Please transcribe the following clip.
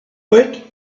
woot